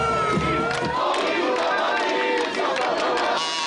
מחאות והפגנות מדי חודש.